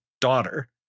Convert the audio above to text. daughter